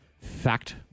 Fact